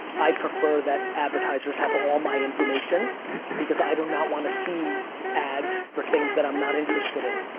i prefer that advertisers have but all my information because i do not want to see ads for things that i'm not interested in.